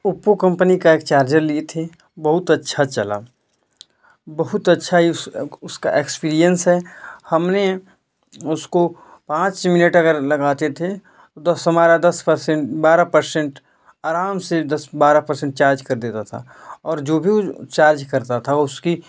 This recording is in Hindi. ओप्पो कंपनी का एक चार्जर लिए थे बहुत अच्छा चला बहुत अच्छा ही उस उसका एक्सपीरियंस है हमने उसको पाँच मिनट अगर लगाते थे दस हमारा दस परसेंट बारह परशेंट आराम से दस बारह परसेंट चार्ज कर देता था और जो भी ऊ चार्ज करता था उसकी